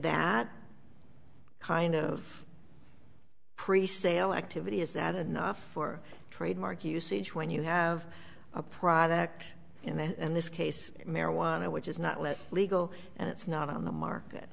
that kind of pre sale activity is that enough for trademark usage when you have a product and then in this case marijuana which is not let legal and it's not on the market